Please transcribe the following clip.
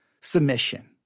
submission